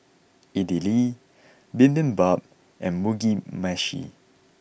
Idili Bibimbap and Mugi meshi